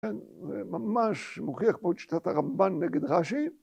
‫כן, זה ממש מוכיח פה את שיטת הרמב"ן נגד רש"י.